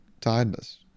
tiredness